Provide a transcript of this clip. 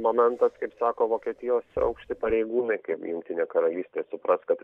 momentas kaip sako vokietijos aukšti pareigūnai kaip jungtinė karalystė supras kad